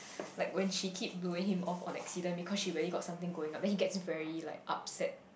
like when she keep blowing him off on accident because she really got something going up then he gets very like upset